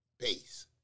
Peace